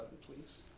please